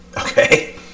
Okay